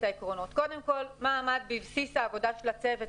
קודם כל, מה עמד בבסיס העבודה של הצוות.